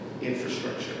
infrastructure